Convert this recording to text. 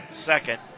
Second